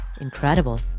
Incredible